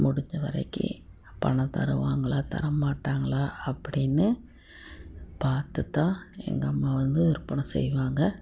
முடிஞ்ச வரைக்கும் பணம் தருவாங்களா தர மாட்டாங்களா அப்படின்னு பார்த்துத்தான் எங்கள் அம்மா வந்து விற்பனை செய்வாங்க